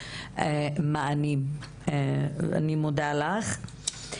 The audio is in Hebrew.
אני נותנת זכות דיבור למראם סלימאן,